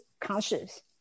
conscious